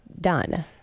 done